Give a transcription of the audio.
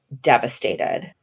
devastated